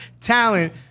talent